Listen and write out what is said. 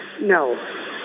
No